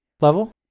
level